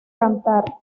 cantar